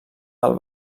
del